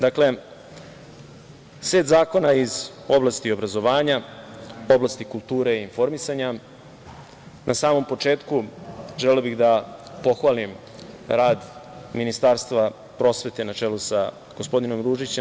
Dakle, set zakona iz oblasti obrazovanja, oblasti kulture i informisanja, na samom početku želeo bih da pohvalim rad Ministarstva prosvete na čelu sa gospodinom Ružićem.